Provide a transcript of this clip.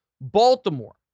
Baltimore